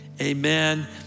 Amen